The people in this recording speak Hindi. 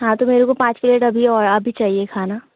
हाँ तो मेरे को पाँच पीलेट अभी और अभी चाहिए खाना